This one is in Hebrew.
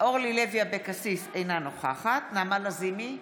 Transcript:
אינה נוכחת נעמה לזימי,